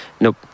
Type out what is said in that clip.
nope